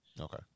okay